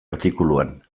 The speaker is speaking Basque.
artikuluan